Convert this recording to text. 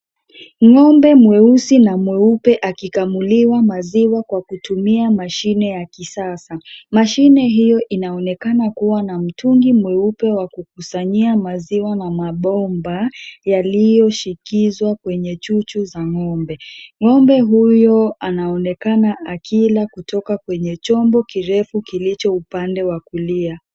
Ng'ombe mweusi na mweupe akikamuliwa maziwa kwa kutumia mashine ya kisasa. Mashine hiyo inaonekana kuwa na mtungi mweupe wa kukusanyia maziwa na mabomba yaliyoshikishwa kwenye chuchu za ng'ombe. Ng'ombe huyo anaonekana akila kutoka kwenye chombo kirefu kilicho upande wa kulia.